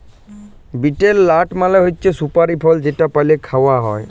betel লাট মালে হছে সুপারি ফল যেট পালে খাউয়া হ্যয়